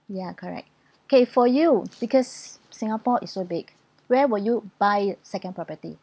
ya correct okay for you because singapore is so big where will you buy a second property